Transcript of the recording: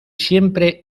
siempre